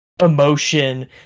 emotion